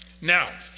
Now